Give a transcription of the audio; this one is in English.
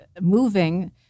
moving